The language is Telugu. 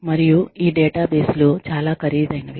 మరియు ఈ డేటాబేస్లు చాలా ఖరీదైనవి